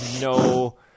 No